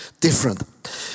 different